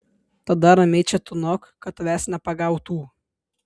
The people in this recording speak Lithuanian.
tada ramiai čia tūnok kad tavęs nepagautų